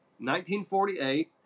1948